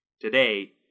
Today